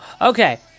okay